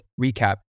recap